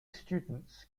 students